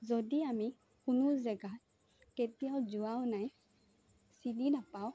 যদি আমি কোনো জেগাত কেতিয়াও যোৱাও নাই চিনি নাপাওঁ